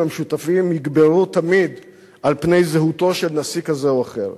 המשותפים יגברו תמיד על פני זהותו של נשיא כזה או אחר.